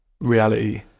reality